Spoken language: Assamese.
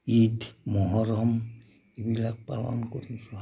ঈদ মহৰম এইবিলাক পালন কৰি সিহঁতৰ